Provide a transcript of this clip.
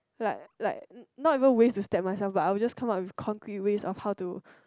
like like not even ways to step myself but I'll just come out the concrete ways of how to